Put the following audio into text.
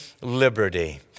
liberty